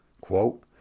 Quote